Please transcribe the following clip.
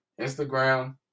Instagram